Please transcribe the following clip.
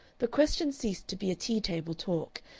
the question ceased to be a tea-table talk,